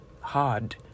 hard